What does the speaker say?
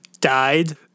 died